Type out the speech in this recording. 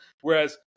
Whereas